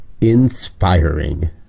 inspiring